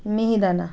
মিহিদানা